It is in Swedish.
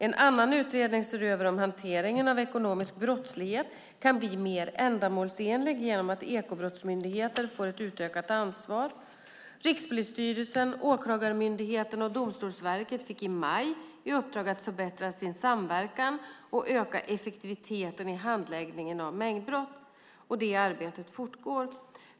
En annan utredning ser över om hanteringen av ekonomisk brottslighet kan bli mer ändamålsenlig genom att Ekobrottsmyndigheten får ett utökat ansvar. Rikspolisstyrelsen, Åklagarmyndigheten och Domstolsverket fick i maj 2009 i uppdrag att förbättra samverkan och öka effektiviteten i handläggningen av mängdbrott. Detta arbete fortgår.